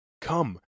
Come